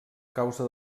causa